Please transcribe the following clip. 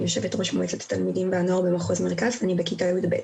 אני יושבת ראש מועצת התלמידים והנוער במחוז מרכז ואני בכיתה י"ב.